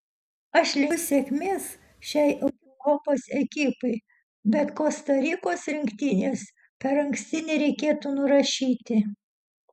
aš linkiu sėkmės šiai europos ekipai bet kosta rikos rinktinės per anksti nereikėtų nurašyti